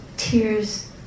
Tears